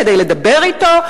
כדי לדבר אתו?